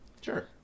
sure